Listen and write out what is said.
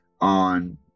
on